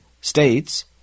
states